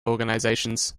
organizations